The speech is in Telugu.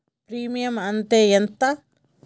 ప్రీమియం అత్తే ఎంత?